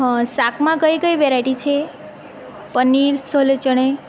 હ શાકમાં કઈ કઈ વેરાઈટી છે પનીર છોલે ચને